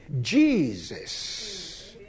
Jesus